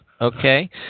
okay